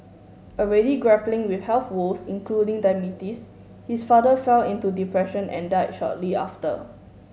already grappling with health woes including diabetes his father fell into depression and died shortly after